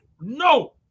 No